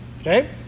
okay